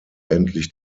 endlich